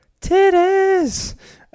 titties